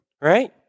right